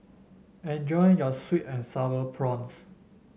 enjoy your sweet and sour prawns